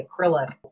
acrylic